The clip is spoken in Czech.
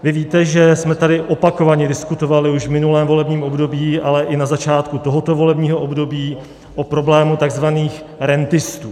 Vy víte, že jsme tady opakovaně diskutovali už v minulém volebním období, ale i na začátku tohoto volebního období o problému takzvaných rentistů.